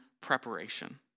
preparation